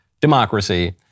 democracy